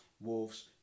wolves